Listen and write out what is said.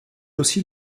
aussi